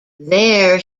there